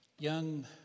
Young